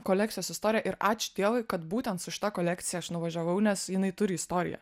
kolekcijos istorija ir ačiū dievui kad būtent su šita kolekcija aš nuvažiavau nes jinai turi istoriją